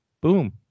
Boom